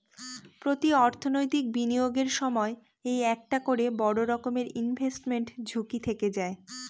প্রতি অর্থনৈতিক বিনিয়োগের সময় এই একটা করে বড়ো রকমের ইনভেস্টমেন্ট ঝুঁকি থেকে যায়